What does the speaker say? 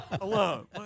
alone